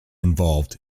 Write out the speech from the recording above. involved